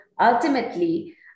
ultimately